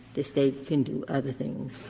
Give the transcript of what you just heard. the state can do other things.